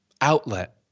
outlet